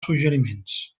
suggeriments